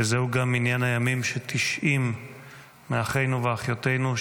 וזהו גם מניין הימים ש-90 מאחינו ואחיותינו,